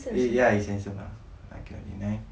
eh ya he is handsome lah I cannot deny